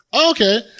Okay